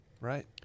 Right